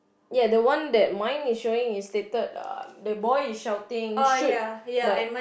ya the one that mine is showing is stated um the boy is shouting shoot but